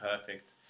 perfect